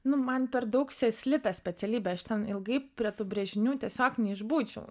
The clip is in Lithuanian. nu man per daug sėsli ta specialybė aš ten ilgai prie tų brėžinių tiesiog neišbūčiau